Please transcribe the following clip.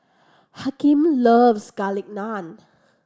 Hakeem loves Garlic Naan